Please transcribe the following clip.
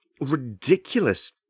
ridiculous